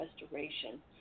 restoration